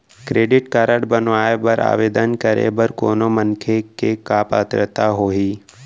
Credit card बनवाए बर आवेदन करे बर कोनो मनखे के का पात्रता होही?